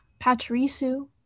Pachirisu